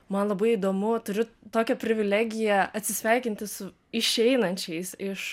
man labai įdomu turiu tokią privilegiją atsisveikinti su išeinančiais iš